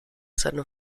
seine